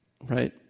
right